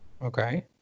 Okay